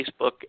Facebook